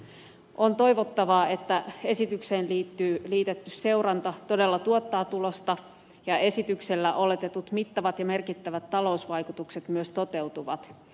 on toivottavaa että esitykseen liitetty seuranta todella tuottaa tulosta ja esityksellä oletetut mittavat ja merkittävät talousvaikutukset myös toteutuvat